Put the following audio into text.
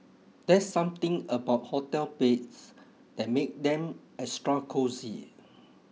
there's something about hotel beds that make them extra cosy